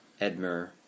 Edmer